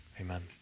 amen